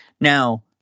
now